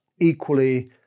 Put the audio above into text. equally